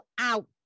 out